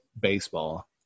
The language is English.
baseball